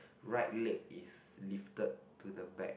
right leg is lifted to the back